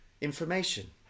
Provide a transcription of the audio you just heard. information